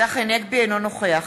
אינו נוכח